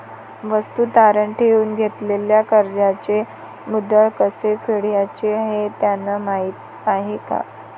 वस्तू तारण ठेवून घेतलेल्या कर्जाचे मुद्दल कसे फेडायचे हे त्यांना माहीत आहे का?